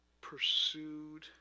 pursued